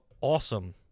awesome